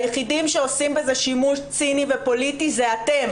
היחידים שעושים זה שימוש ציני ופוליטי זה אתם.